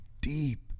deep